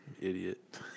Idiot